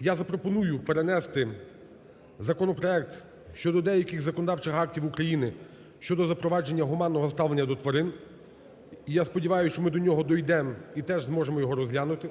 я запропоную перенести законопроект щодо деяких законодавчих актів України щодо запровадження гуманного ставлення до тварин. І я сподіваюся, що ми до нього дійдемо і теж зможемо його розглянути.